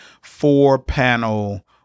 four-panel